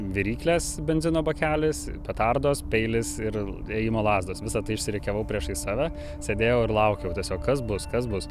viryklės benzino bakelis petardos peilis ir ėjimo lazdos visa tai išsirikiavau priešais save sėdėjau ir laukiau tiesiog kas bus kas bus